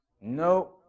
No